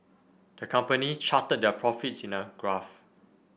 the company charted their profits in a graph